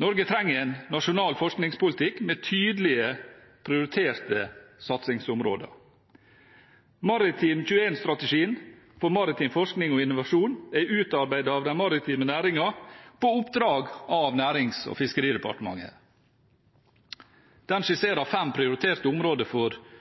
Norge trenger en nasjonal forskningspolitikk med tydelig prioriterte satsingsområder. Maritim21-strategien for maritim forskning og innovasjon er utarbeidet av den maritime næringen på oppdrag fra Nærings- og fiskeridepartementet. Den skisserer fem prioriterte områder for